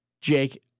Jake